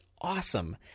awesome